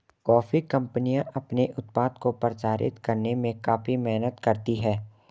coffee कंपनियां अपने उत्पाद को प्रचारित करने में काफी मेहनत करती हैं